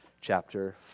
chapter